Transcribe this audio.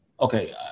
okay